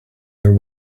their